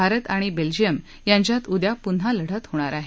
भारत आणि बेल्जियम यांच्यात उद्या पुन्हा लढत होणार आहे